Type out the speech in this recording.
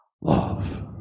love